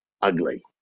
ugly